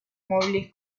móviles